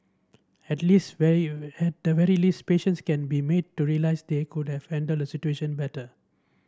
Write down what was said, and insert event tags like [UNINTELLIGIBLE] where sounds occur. at least very [UNINTELLIGIBLE] at the very least patients can be made to realise they could have handled the situation better